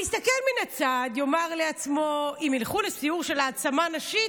המסתכל מן הצד יאמר לעצמו: אם ילכו לסיור של העצמה נשית,